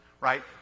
right